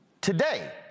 Today